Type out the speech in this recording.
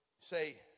Say